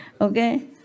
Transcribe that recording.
Okay